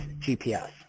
GPS